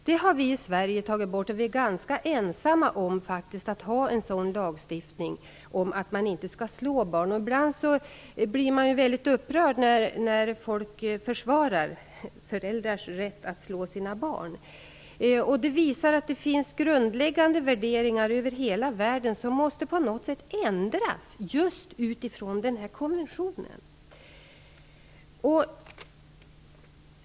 Detta har vi i Sverige tagit bort. Vi är ganska ensamma om att ha en lagstiftning om att man inte skall slå barn. Ibland blir man väldigt upprörd när folk försvarar föräldrars rätt att slå sina barn. Det visar att det finns grundläggande värderingar över hela världen som på något sätt måste ändras just utifrån den här konventionen.